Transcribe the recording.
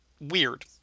weird